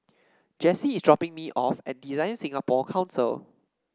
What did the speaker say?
Jessi is dropping me off at Design Singapore Council